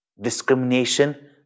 discrimination